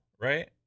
right